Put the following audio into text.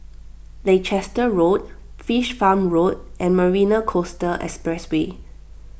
Leicester Road Fish Farm Road and Marina Coastal Expressway